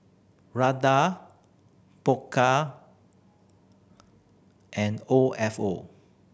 Prada Pokka and O F O